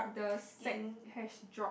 the sack has dropped